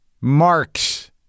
Marks